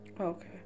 Okay